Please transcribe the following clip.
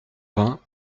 vingt